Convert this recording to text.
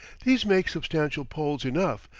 these make substantial poles enough,